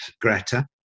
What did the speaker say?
Greta